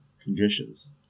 conditions